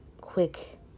quick